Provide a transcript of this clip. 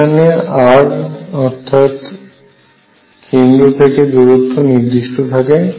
এখানে r অর্থাৎ কেন্দ্র থেকে দূরত্ব নির্দিষ্ট থাকে